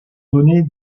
donner